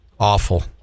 Awful